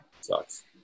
sucks